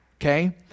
okay